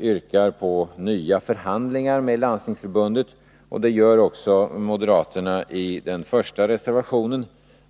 yrkar på nya förhandlingar med Landstingsförbundet, och det gör också moderaterna i den första reservationen.